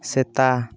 ᱥᱮᱛᱟ